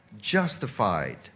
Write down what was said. justified